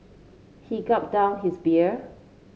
he gulped down his beer